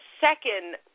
second